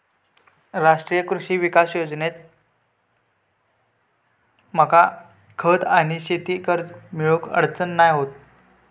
राष्ट्रीय कृषी विकास योजनेतना मका खत आणि शेती कर्ज मिळुक अडचण नाय होत